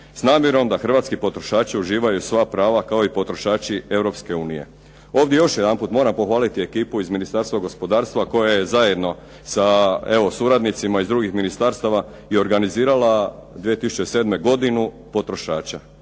s namjerom da hrvatski potrošači uživaju sva prava kao i potrošači Europske unije. Ovdje još jedanput moram pohvaliti ekipu iz Ministarstva gospodarstva koja je zajedno sa suradnicima iz drugih ministarstava je organizirala 2007. godinu potrošača.